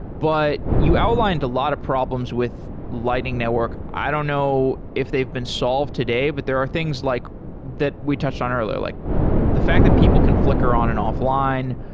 but you outlined a lot of problems with lightning network. i don't know if they've been solved today, but there are things like that we touched on earlier, like the fact that people can flicker on an offline,